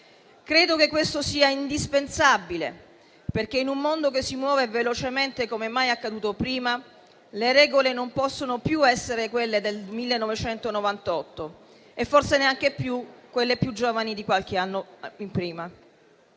Credo che questo sia indispensabile, perché, in un mondo che si muove velocemente come mai accaduto prima, le regole non possono più essere quelle del 1998 e forse neanche quelle più giovani di qualche anno.